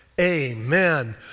Amen